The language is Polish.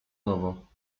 nowo